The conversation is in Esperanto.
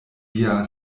via